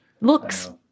looks